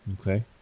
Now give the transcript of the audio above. okay